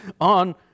on